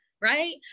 right